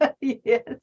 Yes